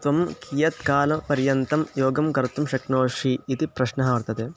त्वं कियत्कालपर्यन्तं योगं कर्तुं शक्नोषि इति प्रश्नः वर्तते